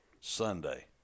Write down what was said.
Sunday